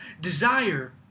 desire